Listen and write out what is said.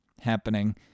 happening